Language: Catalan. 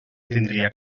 tindria